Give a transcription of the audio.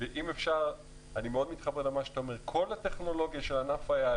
איך אפשר לקיים עסק כלכלי כשיש ירידה של 80%?